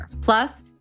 Plus